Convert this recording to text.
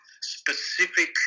specific